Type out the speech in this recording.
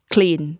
Clean